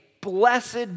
Blessed